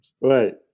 Right